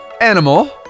animal